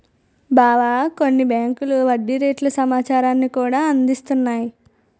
బావా కొన్ని బేంకులు వడ్డీ రేట్ల సమాచారాన్ని కూడా అందిస్తున్నాయి